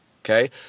okay